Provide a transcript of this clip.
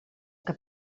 que